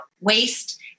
waste